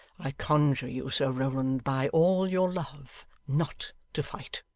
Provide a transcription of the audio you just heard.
i conjure you, sir rowland, by all your love not to fight.